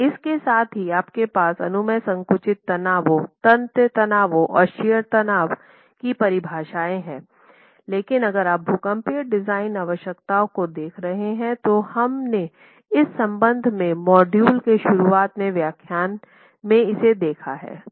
इसके साथ ही आपके पास अनुमेय संकुचित तनावों तन्य तनाव और शियर तनाव की परिभाषाएँ हैं लेकिन अगर आप भूकंपीय डिज़ाइन आवश्यकताओं को देख रहे हैं तो हम ने इस संबंध में मॉड्यूल के शुरुआत के व्याख्यान में इसे देखा है